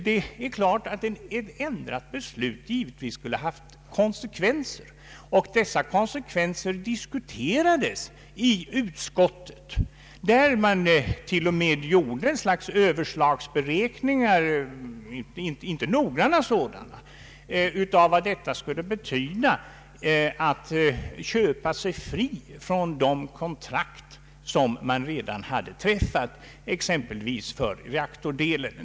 Det är klart att ett ändrat beslut skulle ha haft kon sekvenser, och dessa konsekvenser diskuterades i utskottet, där man t.o.m. gjorde Ööverslagsberäkningar — inte noggranna beräkningar — av vad det skulle betyda att köpa sig fri från de kontrakt som man redan skrivit, exempelvis för reaktordelen.